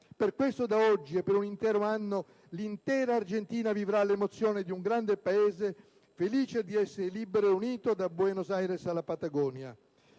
Per questo da oggi, e per un intero anno, l'Argentina intera vivrà l'emozione di un grande Paese, felice d'essere libero e unito, da Buenos Aires alla Patagonia.